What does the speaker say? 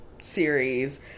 series